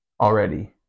already